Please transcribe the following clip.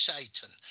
Satan